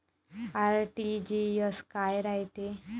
RTGS काय रायते?